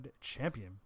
champion